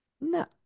No